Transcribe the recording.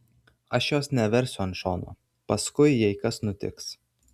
aš jos neversiu ant šono paskui jei kas nutiks